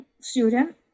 student